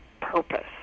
purpose